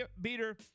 beater